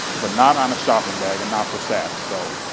but not on a shopping bag and not for saks, so.